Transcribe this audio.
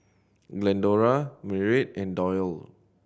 Glendora Merritt and Dollye